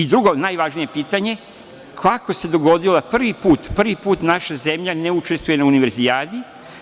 Drugo, najvažnije pitanje - kako se dogodila da prvi put naša zemlja ne učestvuje na Univerzijadi?